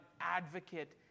advocate